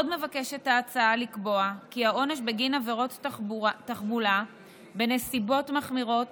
עוד מבקשת ההצעה לקבוע כי העונש בגין עבירת תחבולה בנסיבות מחמירות